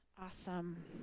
Awesome